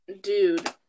dude